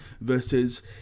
versus